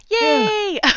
yay